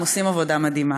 הם עושים עבודה מדהימה.